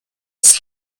its